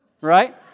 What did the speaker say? right